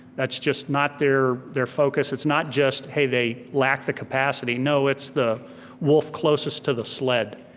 that's just not their their focus, it's not just hey, they lack the capacity, no, it's the wolf closest to the sled.